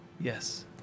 Yes